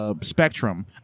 spectrum